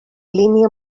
línia